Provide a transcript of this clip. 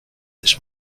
this